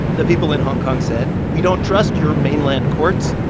the people in hong kong said, we don't trust your mainland courts.